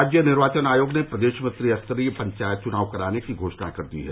राज्य निर्वाचन आयोग ने प्रदेश में त्रिस्तरीय पंचायत चुनाव कराने की घोषणा कर दी है